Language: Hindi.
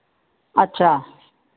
अच्छा